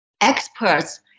experts